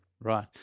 Right